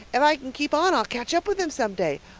if i can keep on i'll catch up with him some day,